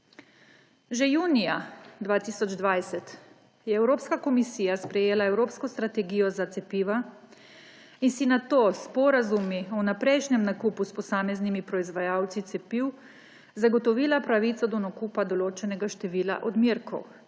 Že junija 2020 je Evropska komisija sprejela evropsko strategijo za cepiva in si nato s sporazumi o vnaprejšnjem nakupu s posameznimi proizvajalci cepiv zagotovila pravico do nakupa določenega števila odmerkov